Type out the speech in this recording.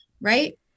right